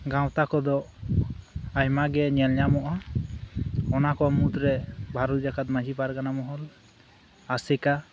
ᱜᱟᱶᱛᱟ ᱠᱚᱫᱚ ᱟᱭᱢᱟᱜᱤ ᱧᱮᱞ ᱧᱟᱢᱚᱜᱼᱟ ᱚᱱᱟᱠᱩ ᱢᱩᱦᱩᱫ ᱨᱮ ᱵᱷᱟᱨᱚᱛ ᱡᱟᱠᱟᱛ ᱢᱟᱹᱡᱷᱤ ᱯᱟᱨᱜᱟᱱᱟ ᱢᱚᱦᱚᱞ ᱟᱥᱮᱠᱟ